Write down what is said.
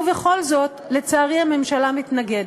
ובכל זאת, לצערי, הממשלה מתנגדת.